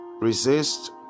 Resist